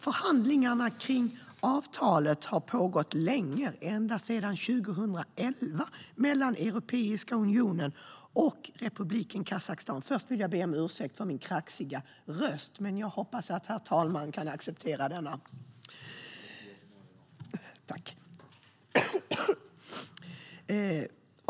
Förhandlingarna om avtalet mellan Europeiska unionen och Republiken Kazakstan har pågått länge, ända sedan 2011.